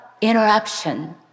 interruption